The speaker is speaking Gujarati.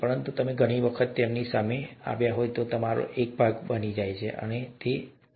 પરંતુ તમે ઘણી વખત તેમની સામે આવ્યા હોવાથી તેઓ તમારો એક ભાગ બની જાય છે ઠીક છે